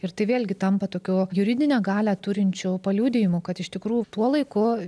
ir tai vėlgi tampa tokiu juridinę galią turinčiu paliudijimu kad iš tikrųjų tuo laiku